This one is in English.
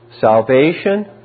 salvation